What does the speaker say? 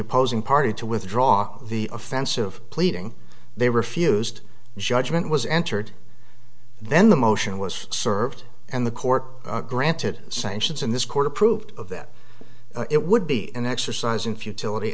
opposing party to withdraw the offensive pleading they refused the judgment was entered then the motion was served and the court granted sanctions and this court approved of that it would be an exercise in futility